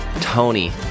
Tony